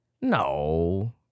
no